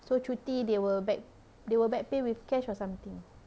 so cuti they will back they will back pay will cash or something